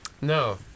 No